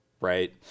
right